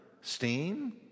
steam